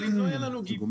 אבל אם לא יהיה לך גיבוי